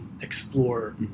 explore